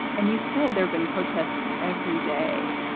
and you said there've been protests every day.